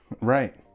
right